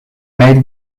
made